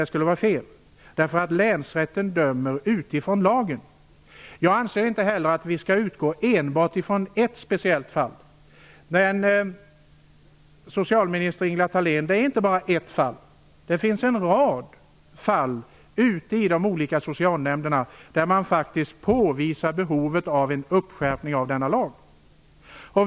Det skulle vara fel, därför att länsrätten dömer utifrån lagen. Jag anser inte heller att vi skall utgå enbart ifrån ett speciellt fall. Men det är inte bara ett fall, socialminister Ingela Thalén! Det finns en rad fall ute i de olika socialnämnderna som faktiskt påvisar behovet av en skärpning av denna lag.